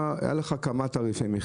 היו כמה תעריפים,